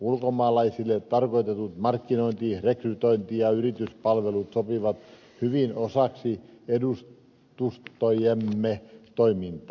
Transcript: ulkomaalaisille tarkoitetut markkinointi rekrytointi ja yrityspalvelut sopivat hyvin osaksi edustustojemme toimintaa